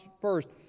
first